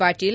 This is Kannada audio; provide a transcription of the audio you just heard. ಪಾಟೀಲ್